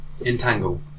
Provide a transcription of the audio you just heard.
Entangle